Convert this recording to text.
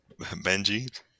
Benji